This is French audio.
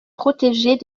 protégés